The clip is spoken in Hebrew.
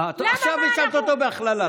אה, עכשיו האשמת אותו בהכללה.